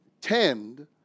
tend